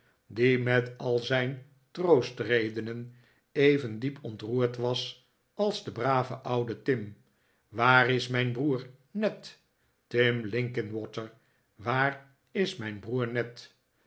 die met al zijn troostredenen even diep ontroerd was als de brave oude tim waar is mijn broer ned tim linkinwater waar is mijn broer ned